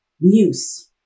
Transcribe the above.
news